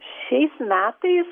šiais metais